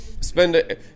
spend